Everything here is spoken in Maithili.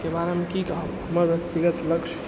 के बारेमे की कहब हमर व्यक्तिगत लक्ष्य